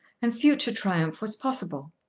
and future triumph was possible.